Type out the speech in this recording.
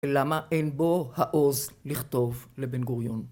למה אין בו העוז לכתוב לבן גוריון?